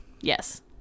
Yes